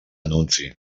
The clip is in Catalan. anunci